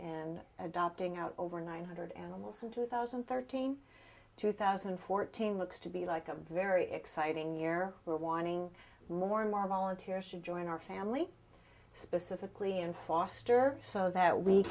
in adopting out over nine hundred animals in two thousand and thirteen two thousand and fourteen looks to be like a very exciting year we're wanting more and more volunteers should join our family specifically and foster so that we